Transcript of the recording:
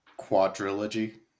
Quadrilogy